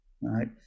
right